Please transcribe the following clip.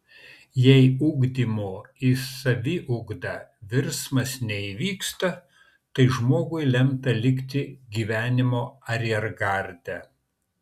jei ugdymo į saviugdą virsmas neįvyksta tai žmogui lemta likti gyvenimo ariergarde